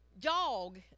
dog